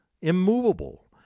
immovable